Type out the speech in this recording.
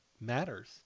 matters